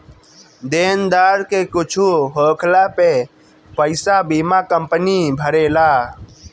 देनदार के कुछु होखला पे पईसा बीमा कंपनी भरेला